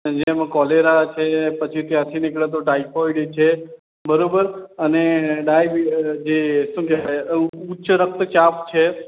જેમાં કૉલેરા છે પછી ત્યાંથી નીકળે તો ટાઇફૉઈડ છે બરોબર અને ડાયબિ શું કહેવાય જે ઉચ્ચ રક્ત ચાપ છે